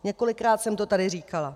Několikrát jsem to tady říkala.